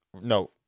no